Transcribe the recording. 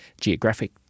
geographic